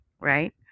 Right